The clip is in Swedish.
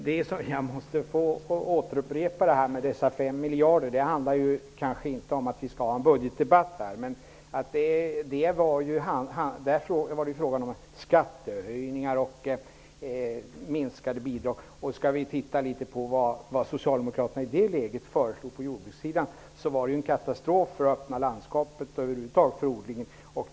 Herr talman! Jag måste återgå till de fem miljarderna, även om vi inte skall ha en budgetdebatt här. Där var det fråga om skattehöjningar och minskade bidrag. Vad socialdemokraterna där föreslog på jordbrukssidan var en katastrof för det öppna landskapet och för odlingen över huvud taget.